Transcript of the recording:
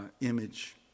image